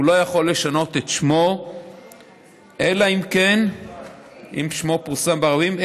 הוא לא יכול לשנות את שמו אם שמו פורסם ברבים,